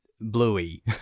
Bluey